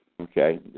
Okay